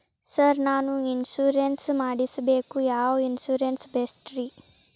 Sir ನಾನು insurance ಮಾಡಿಸಬೇಕು ಯಾವ ಇನ್ಶೂರೆನ್ಸ್ ಬೆಸ್ಟ್ರಿ?